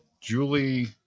Julie